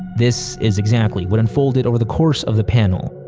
this is exactly what unfolded over the course of the panel.